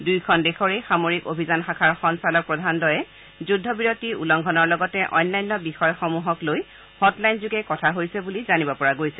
দুয়োখন দেশৰে সামৰিক অভিযান শাখাৰ সঞ্চালক প্ৰধানদ্বয়ে যুদ্ধবিৰতি উলংঘনৰ লগতে অন্যান্য বিষয়সমূহক লৈ হটলাইন যোগে কথা হৈছে বুলি জানিব পৰা গৈছে